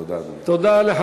תודה, אדוני.